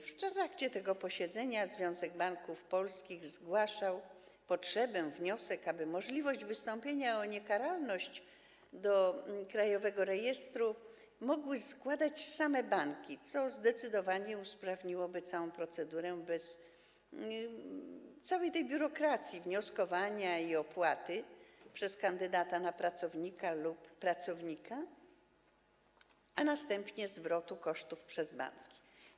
W trakcie tego posiedzenia Związek Banków Polskich zgłaszał potrzebę, wniosek, aby możliwość wystąpienia o zaświadczenie o niekaralności do krajowego rejestru mogły mieć same banki, co zdecydowanie usprawniłoby całą procedurę bez całej tej biurokracji w postaci wnioskowania i wnoszenia opłaty przez kandydata na pracownika lub pracownika, a następnie zwrotu kosztów przez banki.